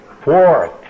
Fourth